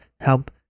help